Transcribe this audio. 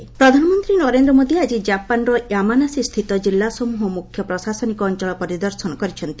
PM Japan ପ୍ରଧାନମନ୍ତ୍ରୀ ନରେନ୍ଦ୍ର ମୋଦି ଆଜି ଜାପାନ୍ର ୟାମାନାସିସ୍ଥିତ କିଲ୍ଲାସମ୍ଭହ ମୁଖ୍ୟ ପ୍ରଶାସନିକ ଅଞ୍ଚଳ ପରିଦର୍ଶନ କରିଛନ୍ତି